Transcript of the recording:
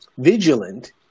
vigilant